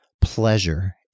pleasure